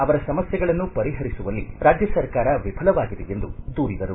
ಅವರ ಸಮಸ್ಥೆಗಳನ್ನು ಪರಿಹರಿಸುವಲ್ಲಿ ರಾಜ್ಯ ಸರ್ಕಾರ ವಿಫಲವಾಗಿದೆ ಎಂದು ದೂರಿದರು